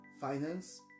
Finance